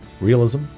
realism